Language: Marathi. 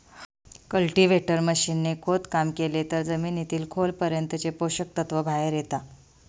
कल्टीव्हेटर मशीन ने खोदकाम केलं तर जमिनीतील खोल पर्यंतचे पोषक तत्व बाहेर येता